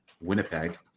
Winnipeg